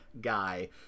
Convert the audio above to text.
guy